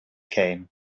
came